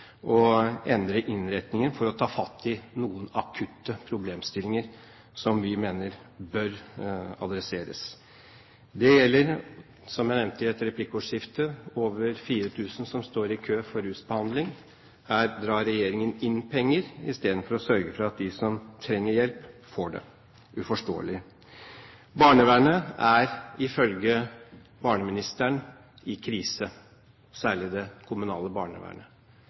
å endre innretningen for å ta fatt i noen akutte problemstillinger som vi mener bør adresseres. Det gjelder, som jeg nevnte i et replikkordskifte, over 4 000 som står i kø for rusbehandling. Her drar regjeringen inn penger istedenfor å sørge for at de som trenger hjelp, får det – uforståelig. Barnevernet er ifølge barneministeren i krise, særlig det kommunale barnevernet.